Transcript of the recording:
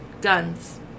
Guns